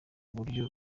buryo